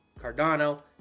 Cardano